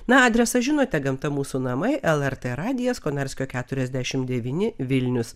na adresą žinote gamta mūsų namai lrt radijas konarskio keturiasdešimt devyni vilnius